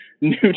new